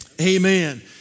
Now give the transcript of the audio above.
amen